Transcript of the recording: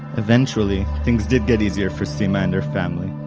eventually, things did get easier for sima and her family.